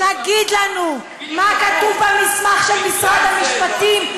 תגיד לנו מה כתוב במסמך של משרד המשפטים,